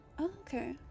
okay